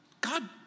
God